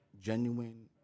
genuine